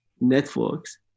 networks